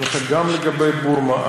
גם לגבי בורמה,